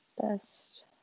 best